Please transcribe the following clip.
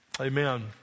Amen